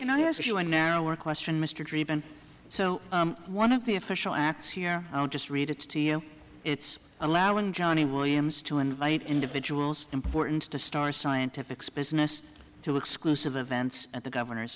and i ask you a narrower question mr driven so one of the official acts here i'll just read it to you it's allowing johnny williams to invite individuals important to star scientific space next to exclusive events at the governor's